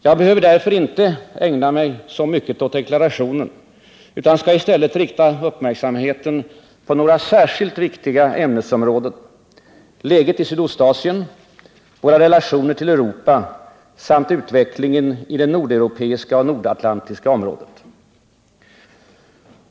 Jag behöver därför inte ägna mig så mycket åt deklarationen utan skall i stället rikta uppmärksamheten på några särskilt viktiga ämnesområden, nämligen läget i Sydostasien, våra relationer till Europa samt utvecklingen i det nordeuropeiska och nordatlantiska området.